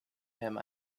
him